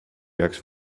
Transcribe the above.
jääks